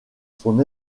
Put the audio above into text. son